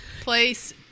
place